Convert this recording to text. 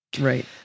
Right